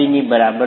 ની બરાબર છે